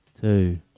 two